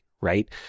Right